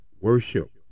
Worship